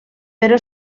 però